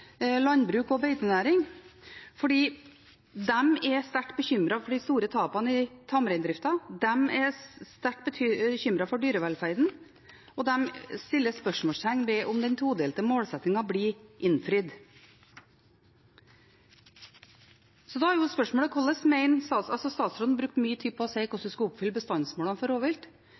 landbruk og beitenæring. De er sterkt bekymret for de store tapene i tamreindriften, de er sterkt bekymret for dyrevelferden, og de stiller spørsmål ved om den todelte målsettingen blir innfridd. Da er spørsmålet: Statsråden brukte mye tid på å si hvordan vi skal oppfylle bestandsmålene for rovvilt,